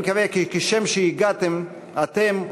כשם שהגעתם אתם,